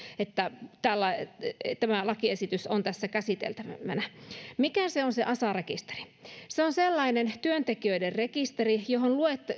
että lakiesitys on tässä käsiteltävänä mikä on asa rekisteri se on sellainen työntekijöiden rekisteri johon